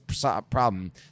problem